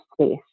space